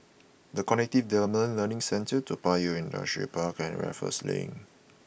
The Cognitive Development Learning Centre Toa Payoh Industrial Park and Raffles Link